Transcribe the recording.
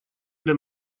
для